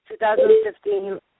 2015